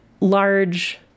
large